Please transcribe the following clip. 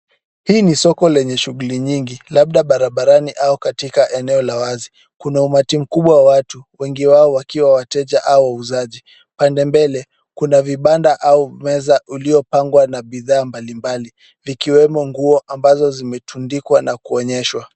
Hili ni soko lenye shughuli nyingi, labda barabarani au katika eneo la wazi. Kuna umati mkubwa wa watu, wengi wao wakiwa wateja au wauzaji. Pande mbele kuna vibanda au meza iliyo pangwa na bidhaa mbalimbali, ikiwemo nguo ambazo zimetundikwa na kuonyeshwa.